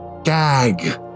gag